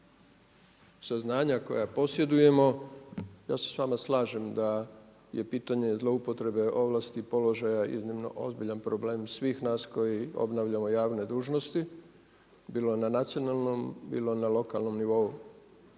saznanja koja posjedujemo ja se s vama slažem da je pitanje zloupotrebe ovlasti i položaja iznimno ozbiljan problem svih nas koji obavljamo javne dužnosti bilo na nacionalnom, bilo na lokalnom nivou.